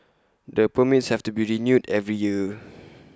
the permits have to be renewed every year